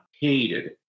hated